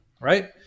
Right